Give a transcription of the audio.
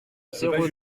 zéro